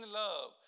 love